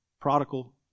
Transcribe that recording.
prodigal